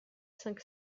cinq